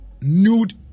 nude